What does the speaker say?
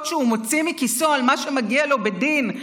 שהוא מוציא מכיסו על מה שמגיע לו בדין,